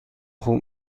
خوب